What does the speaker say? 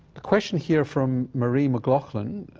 a question here from marie mcloughlin,